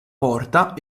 porta